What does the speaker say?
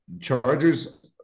Chargers –